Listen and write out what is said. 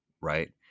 right